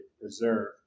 preserve